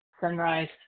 sunrise